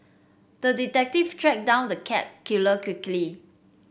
the detective tracked down the cat killer quickly